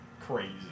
crazy